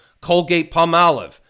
Colgate-Palmolive